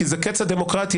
כי זה קץ הדמוקרטיה,